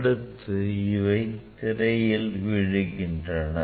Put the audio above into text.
அடுத்து இவை திரையில் விழுகின்றன